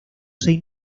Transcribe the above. seis